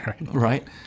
right